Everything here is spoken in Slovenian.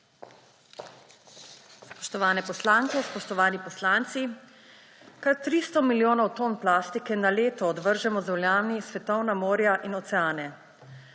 Spoštovane poslanke, spoštovani poslanci! Kar 300 milijonov ton plastike na leto odvržemo državljani v svetovna morja in oceane.